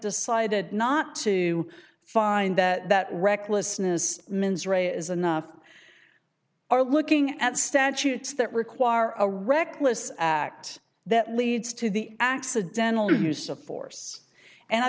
decided not to find that recklessness min's re is enough are looking at statutes that require a reckless act that leads to the accidental use of force and i